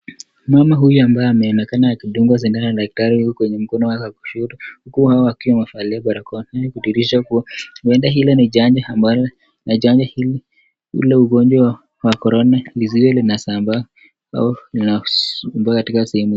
mama huyu ambaye anaonekana akidungwa shindano na daktari kwenye mkono wa kushoto huku mama akiwa amevalia barakoa, hii nikudhirisha kuwa, uenda hile ni chanjo ambayo inachanjwa iliugonjwa wa korona lisiwe linasambaa au mbaka katika sehemu.